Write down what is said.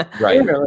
Right